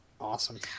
Awesome